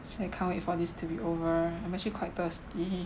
so I can't wait for this to be over I'm actually quite thirsty